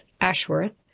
Ashworth